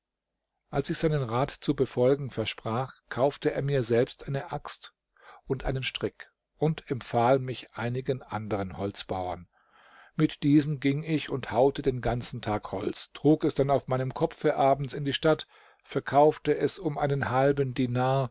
als ich seinen rat zu befolgen versprach kaufte er mir selbst eine axt und einen strick und empfahl mich einigen anderen holzbauern mit diesen ging ich und haute den ganzen tag holz trug es dann auf meinem kopfe abends in die stadt verkaufte es um einen halben dinar